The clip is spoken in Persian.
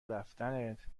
رفتنت